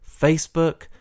Facebook